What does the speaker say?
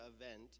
event